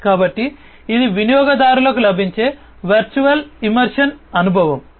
కాబట్టి ఇది వినియోగదారుకు లభించే వర్చువల్ ఇమ్మర్షన్ అనుభవం